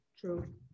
True